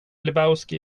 lebowski